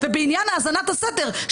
ובעניין האזנת הסתר,